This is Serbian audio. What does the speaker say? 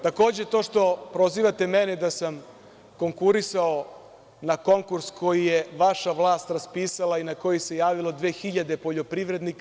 Takođe to što prozivate mene da sam konkurisao na konkurs koji je vaša vlast raspisala i na koji se javilo 2.000 poljoprivrednika.